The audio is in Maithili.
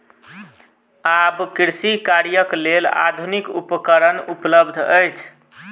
आब कृषि कार्यक लेल आधुनिक उपकरण उपलब्ध अछि